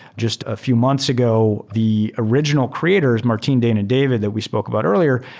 just a few months ago, the original creators martin, dain and david that we spoke about earlier,